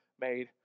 made